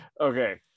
okay